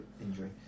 injury